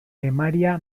emaria